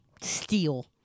steal